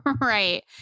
right